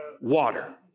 water